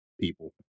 people